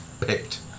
picked